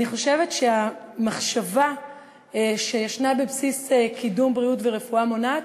אני חושבת שהמחשבה שישנה בבסיס קידום בריאות ורפואה מונעת